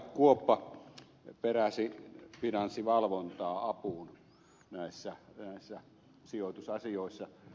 kuoppa peräsi finanssivalvontaa apuun näissä sijoitusasioissa